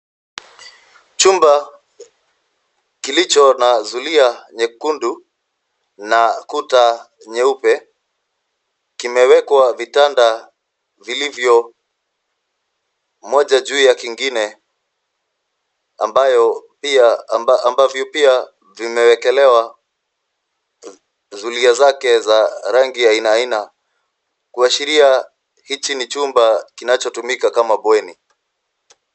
Chumba kilicho na zulia nyekundu na kuta nyeupe kimewekwa vitanda vilivyo moja juu ya kingine ambayo pia ambavyo pia vimewekelewa zulia zake za rangi aina aina kuashiria hichi ni chumba kinachotumika kama bweni.